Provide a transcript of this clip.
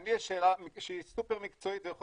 לי יש שאלה שהיא סופר מקצועית ויכול